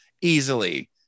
easily